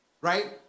Right